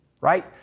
right